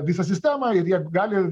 visą sistemą ir jie gali